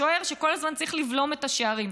השוער שכל הזמן צריך לבלום את השערים.